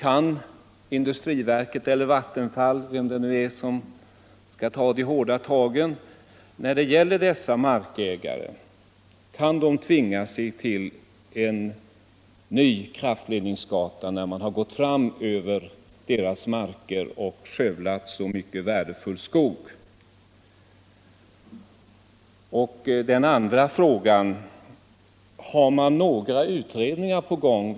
Kan industriverket eller Vattenfall — vem det nu är som skall ta de hårda tagen — av dessa markägare tvinga sig till en ny kraftledningsgata när man redan gått fram över deras mark och skövlat så mycket värdefull skog? Finns det några utredningar på gång?